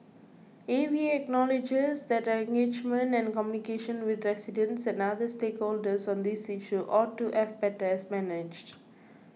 A V A acknowledges that engagement and communications with residents and other stakeholders on this issue ought to have better managed